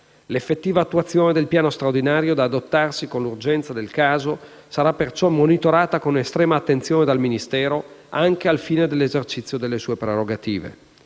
L'effettiva attuazione del piano straordinario, da adottarsi con l'urgenza del caso, sarà perciò monitorata con estrema attenzione dal Ministero, anche al fine dell'esercizio delle sue prerogative.